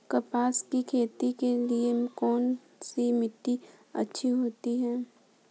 कपास की खेती के लिए कौन सी मिट्टी अच्छी होती है?